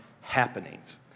happenings